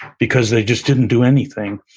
because they just didn't do anything.